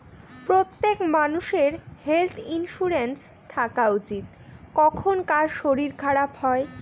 প্রত্যেক মানষের health insurance থাকা উচিত, কখন কার শরীর খারাপ হয়